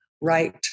right